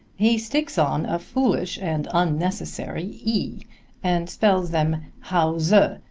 he sticks on a foolish and unnecessary e and spells them hause,